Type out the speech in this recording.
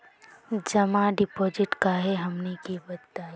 जमा डिपोजिट का हे हमनी के बताई?